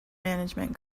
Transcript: management